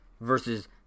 versus